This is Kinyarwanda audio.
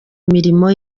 imirimo